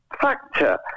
factor